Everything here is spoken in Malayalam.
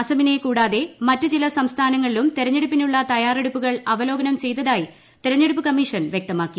അസ്സാമിനെ കൂടാത്തെ മറ്റ് ചില സംസ്ഥാനങ്ങളിലും തെരഞ്ഞെടുപ്പിനുള്ള തയ്യാര്രടുപ്പുകൾ അവലോകനം ചെയ്തതായി തെരഞ്ഞെടുപ്പ് കമ്മീഷ്ടൻ പ്യൂക്തമാക്കി